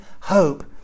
hope